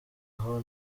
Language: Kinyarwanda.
aho